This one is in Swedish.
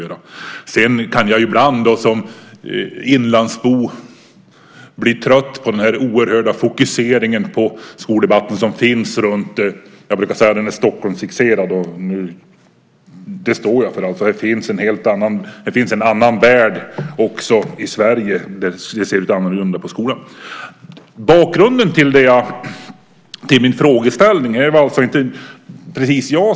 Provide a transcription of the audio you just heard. Som inlandsbo kan jag ibland bli trött på den storstadsfokusering som finns i skoldebatten. Jag brukar säga att den är Stockholmsfixerad, och det står jag för. Det finns en annan värld i Sverige där också skolan ser annorlunda ut. De påståenden jag kom med i min fråga till Margareta Pålsson är inget jag tänkt ut på egen hand.